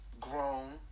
grown